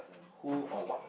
who or what